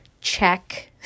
check